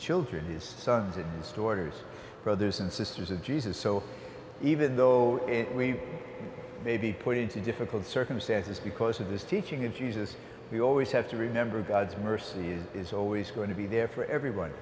children his sons and stores brothers and sisters of jesus so even though it we may be put into difficult circumstances because of this teaching of jesus we always have to remember god's mercy is is always going to be there for everyone